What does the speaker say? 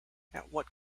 what